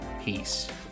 peace